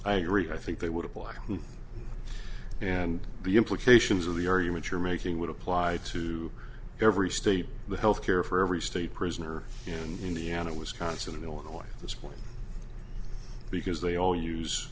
i agree i think they would apply and the implications of the argument you're making would apply to every state the health care for every state prisoner in indiana wisconsin illinois this morning because they all use